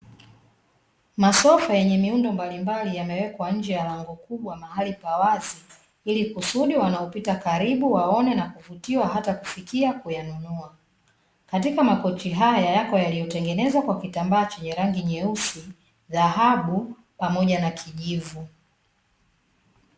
Masofa yenye miundo mbalimbali yamewekwa nje la lango kubwa mahala pa wazi ili kusudi wanaopita karibu waone na kuvutiwa hata kufikia kuyanunua, katika makochi hayo yako yaliyotengenezwa kwa kitambaa chenye rangi nyeupe, nyeusi, dhahabu pamaoja na kijivu.